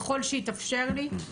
ככל שיתאפשר לי,